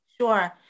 Sure